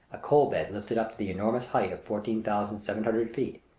a coal-bed lifted up to the enormous height of fourteen thousand seven hundred feet,